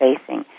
facing